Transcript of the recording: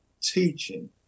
teaching